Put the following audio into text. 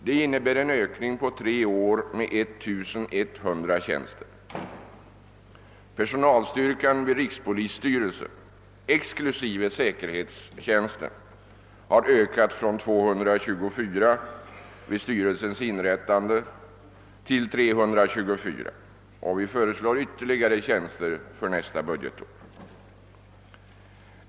Detta innebär en ökning med 1100 tjänster på tre år. Personalstyrkan vid rikspolisstyrelsen exklusive säkerhetstjänsten har ökat från 224 vid rikspolisstyrelsens inrättande till 324 i dag, och vi föreslår nu ytterligare tjänster för nästa budgetår.